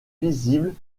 visibles